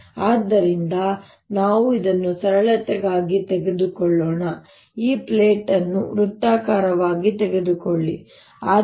ಆದ್ದರಿಂದ ನಾವು ಇದನ್ನು ಸರಳತೆಗಾಗಿ ತೆಗೆದುಕೊಳ್ಳೋಣ ಈ ಪ್ಲೇಟ್ನ್ನು ವೃತ್ತಾಕಾರವಾಗಿ ತೆಗೆದುಕೊಳ್ಳೋಣ